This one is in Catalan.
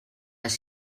les